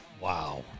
Wow